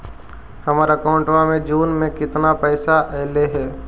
हमर अकाउँटवा मे जून में केतना पैसा अईले हे?